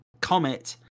comet